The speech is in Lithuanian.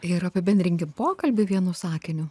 ir apibendrinkim pokalbį vienu sakiniu